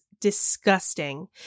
disgusting